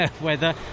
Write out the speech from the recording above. weather